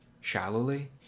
shallowly